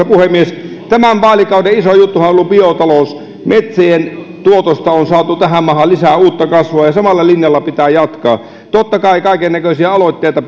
puhemies tämän vaalikauden isoin juttuhan on ollut biotalous metsien tuotosta on saatu tähän maahan lisää uutta kasvua ja samalla linjalla pitää jatkaa totta kai kaikennäköisiä aloitteita